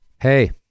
Hey